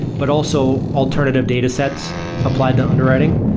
but also alternative datasets applied to underwriting,